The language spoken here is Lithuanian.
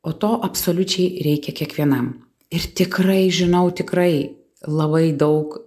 o to absoliučiai reikia kiekvienam ir tikrai žinau tikrai labai daug